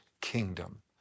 kingdom